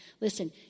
Listen